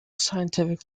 scientific